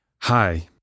Hi